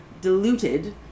diluted